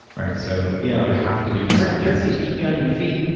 right? so yeah you have to do the science turkeys keep you on your feet.